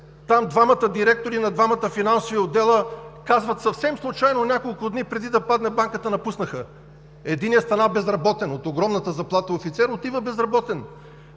за двамата директори на двата финансови отдела казват – съвсем случайно, няколко дни преди да падне банката, напуснаха. Единият стана безработен – от огромната заплата на офицер отива безработен.